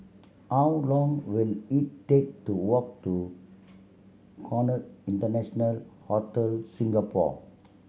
how long will it take to walk to Conrad International Hotel Singapore